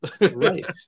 Right